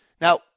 Now